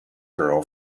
girl